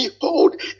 Behold